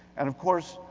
and, of course,